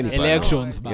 elections